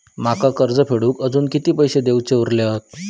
माका कर्ज फेडूक आजुन किती पैशे देऊचे उरले हत?